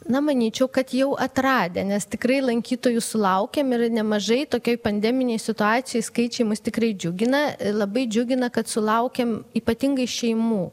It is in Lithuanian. na manyčiau kad jau atradę nes tikrai lankytojų sulaukiam ir nemažai tokioj pandeminėj situacijoj skaičiai mus tikrai džiugina labai džiugina kad sulaukiam ypatingai šeimų